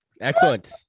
Excellent